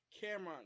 Cameron